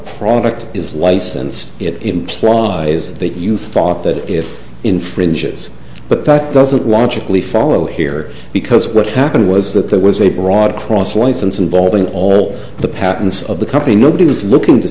product is licensed it implies that you thought that it infringes but that doesn't logically follow here because what happened was that there was a broad cross license involving all the patents of the company nobody was looking to